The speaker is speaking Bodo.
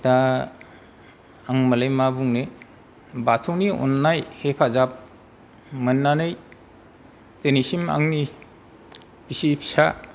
दा आंमालाय मा बुंनो बाथौनि अन्नाय हेफाजाब मोन्नानै दिनैसिम आंनि बिसि फिसा